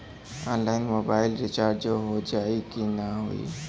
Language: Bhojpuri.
ऑनलाइन मोबाइल रिचार्ज हो जाई की ना हो?